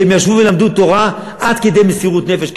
והם ישבו ולמדו תורה עד כדי מסירות נפש.